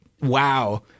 Wow